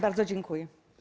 Bardzo dziękuję.